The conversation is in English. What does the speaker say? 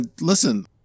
listen